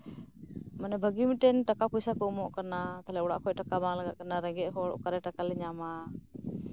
ᱢᱟᱱᱮ ᱵᱷᱟᱹᱜᱤ ᱢᱤᱫᱴᱮᱱ ᱴᱟᱠᱟ ᱚᱭᱥᱟ ᱠᱚ ᱮᱢᱚᱜ ᱠᱟᱱᱟ ᱚᱲᱟᱜ ᱠᱷᱚᱡ ᱴᱟᱠᱟ ᱵᱟᱝ ᱞᱟᱜᱟᱜ ᱠᱟᱱᱟ ᱨᱮᱸᱜᱮᱡ ᱦᱚᱲ ᱚᱠᱟ ᱨᱮ ᱴᱟᱠᱟ ᱞᱮ ᱧᱟᱢᱟ